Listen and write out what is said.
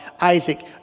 Isaac